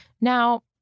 Now